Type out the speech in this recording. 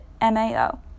MAO